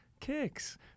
kicks